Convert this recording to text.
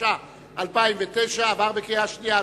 התש"ע 2009, התקבלה בקריאה שנייה.